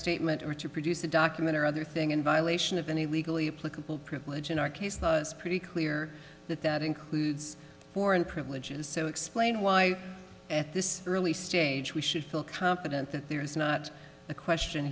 statement or to produce a document or other thing in violation of any legally political privilege in our case it's pretty clear that that includes foreign privileges so explain why at this early stage we should feel confident that there is not a question